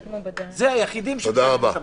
הם היחידים שמשלמים את המחיר.